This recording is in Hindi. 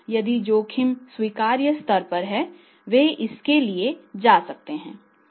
यदि जोखिम स्वीकार्य स्तर पर है वे इसके लिए जा सकते हैं